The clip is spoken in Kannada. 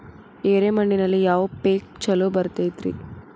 ಎರೆ ಮಣ್ಣಿನಲ್ಲಿ ಯಾವ ಪೇಕ್ ಛಲೋ ಬರತೈತ್ರಿ?